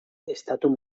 estatu